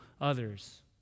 others